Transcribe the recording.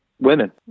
women